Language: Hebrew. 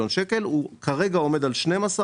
הוא כרגע עומד על 12 מיליון שקלים,